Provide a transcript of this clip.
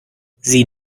sie